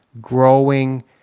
growing